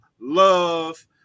love